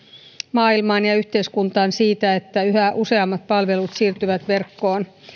maailmaan ja yhteiskuntaan siinä että yhä useammat palvelut siirtyvät verkkoon